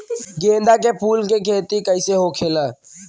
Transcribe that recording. गेंदा के फूल की खेती कैसे होखेला?